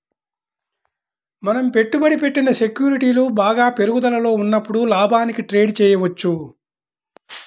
మనం పెట్టుబడి పెట్టిన సెక్యూరిటీలు బాగా పెరుగుదలలో ఉన్నప్పుడు లాభానికి ట్రేడ్ చేయవచ్చు